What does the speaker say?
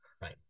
Right